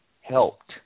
helped